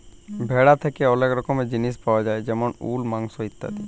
ভেড়া থ্যাকে ওলেক রকমের জিলিস পায়া যায় যেমল উল, মাংস ইত্যাদি